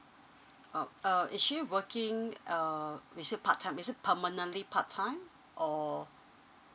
oh uh is she working uh is it part time is permanently part time or